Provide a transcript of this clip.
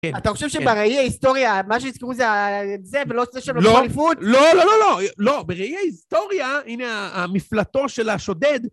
אתה חושב שברעי ההיסטוריה, מה שהזכרו זה, זה ולא שם לא נפוץ? לא, לא, לא, לא, לא, ברעי ההיסטוריה, הנה המפלטו של השודד.